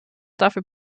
dafür